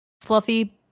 fluffy